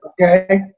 Okay